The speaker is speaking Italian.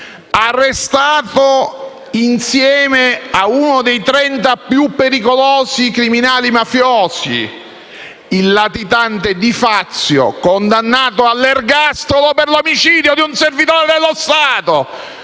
arrestato insieme a uno dei trenta criminali mafiosi più pericolosi, il latitante Di Fazio, condannato all'ergastolo per omicidio di un servitore dello Stato.